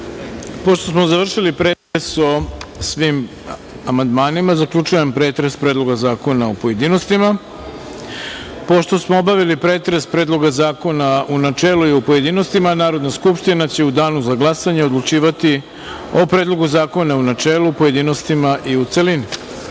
smo završili pretres o svim amandmanima, zaključujem pretres Predloga zakona u pojedinostima. Pošto smo obavili pretres Predloga zakona u načelu i u pojedinostima, Narodna skupština će u danu za glasanje odlučivati o Predlogu zakona u načelu, pojedinostima i u celini. Dame